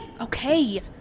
Okay